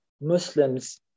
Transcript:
Muslims